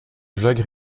jacques